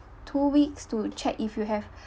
two weeks to check if you have